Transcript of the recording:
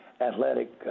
athletic